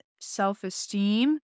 self-esteem